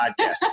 podcast